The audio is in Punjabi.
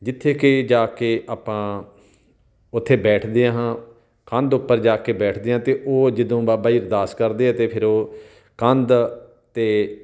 ਜਿੱਥੇ ਕਿ ਜਾ ਕੇ ਆਪਾਂ ਉੱਥੇ ਬੈਠਦੇ ਹਾਂ ਕੰਧ ਉੱਪਰ ਜਾ ਕੇ ਬੈਠਦੇ ਹਾਂ ਅਤੇ ਉਹ ਜਦੋਂ ਬਾਬਾ ਜੀ ਅਰਦਾਸ ਕਰਦੇ ਆ ਤਾਂ ਫਿਰ ਉਹ ਕੰਧ 'ਤੇ